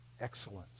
excellence